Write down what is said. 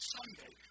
Sunday